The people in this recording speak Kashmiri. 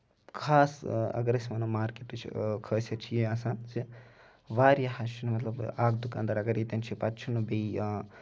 خاص اَگر أسۍ وَنو مارکیٚٹٕچ خٲصِیت چھِ یہِ آسان زِ واریاہس چھُنہٕ مطلب اکھ دُکان دار اَگر ییٚتٮ۪ن چھُ پَتہٕ چھُنہٕ بیٚیہِ